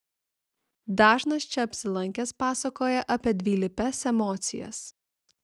dažnas čia apsilankęs pasakoja apie dvilypes emocijas